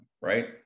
right